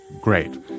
Great